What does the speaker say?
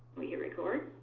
we hit record.